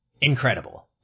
incredible